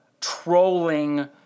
trolling